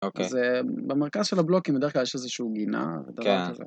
אז במרכז של הבלוקים בדרך כלל יש איזושהו גינה.